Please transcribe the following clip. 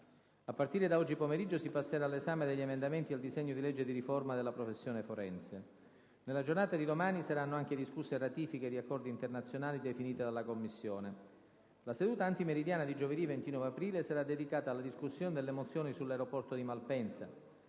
A partire da oggi pomeriggio si passerà all'esame degli emendamenti al disegno di legge di riforma della professione forense. Nella giornata di domani saranno anche discusse ratifiche di accordi internazionali definiti dalla Commissione. La seduta antimeridiana di giovedì 29 aprile sarà dedicata alla discussione delle mozioni sull'aeroporto di Malpensa.